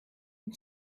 and